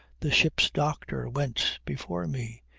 the ship's doctor went before me.